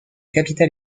capitale